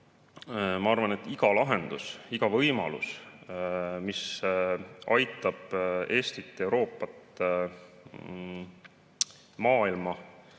ma arvan, et iga lahendus, iga võimalus, mis aitab Eestil, Euroopal, maailmal